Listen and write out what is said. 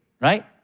right